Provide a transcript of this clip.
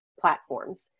platforms